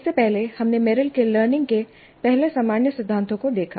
इससे पहले हमने मेरिल के लर्निंग के पहले सामान्य सिद्धांतों को देखा